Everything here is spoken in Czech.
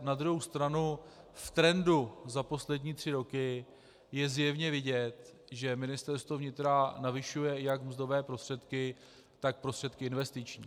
Na druhou stranu v trendu za poslední tři roky je zjevně vidět, že Ministerstvo vnitra navyšuje jak mzdové prostředky, tak prostředky investiční.